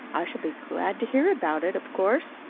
i shall be glad to hear about it, of course.